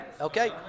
okay